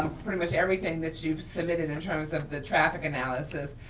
pretty much everything that you've submitted in terms of the traffic analysis,